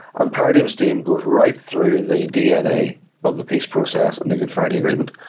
um parity of esteem goes right through the dna of the peace process and the good friday agreement.